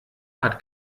hat